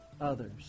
others